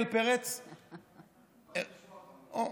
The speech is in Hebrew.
או,